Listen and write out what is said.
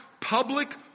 public